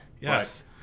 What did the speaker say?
Yes